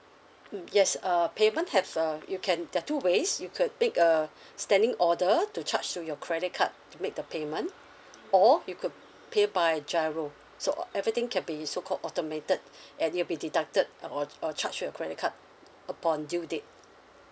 mm yes err payment have err you can there are two ways you could make a standing order to charge to your credit card to make the payment or you could pay by GIRO so everything can be so called automated an you will be deducted uh or charge your credit card upon due date